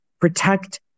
protect